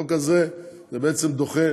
החוק הזה בעצם דוחה